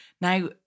Now